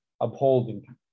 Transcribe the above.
upholding